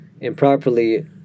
improperly